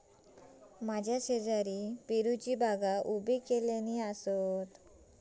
माझ्या शेजारी पेरूची बागा उभी केल्यानी आसा